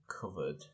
covered